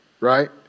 right